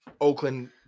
Oakland –